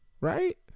Right